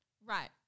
Right